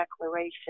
declaration